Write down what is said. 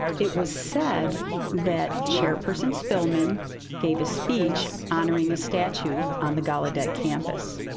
it was said that chairperson spilman gave a speech honoring a statue on the gallaudet campus.